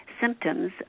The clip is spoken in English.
symptoms